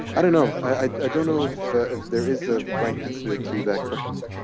i don't know. i don't know if if there is a right answer to that question.